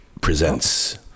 Presents